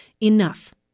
Enough